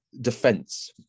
defense